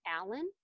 Alan